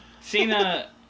Cena